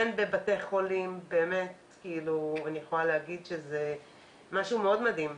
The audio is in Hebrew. הן בבתי החולים ואני יכולה לומר שזה משהו מאוד מדהים.